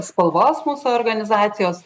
spalvos mūsų organizacijos